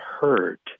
hurt